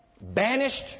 banished